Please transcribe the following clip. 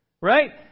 Right